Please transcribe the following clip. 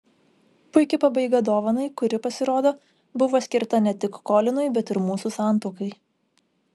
puiki pabaiga dovanai kuri pasirodo buvo skirta ne tik kolinui bet ir mūsų santuokai